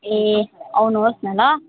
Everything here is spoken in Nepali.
ए आउनुहोस् न ल